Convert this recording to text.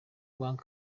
bank